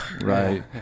right